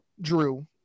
Drew